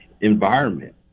environment